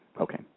okay